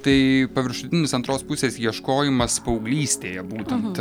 tai paviršutinis antros pusės ieškojimas paauglystėje būtent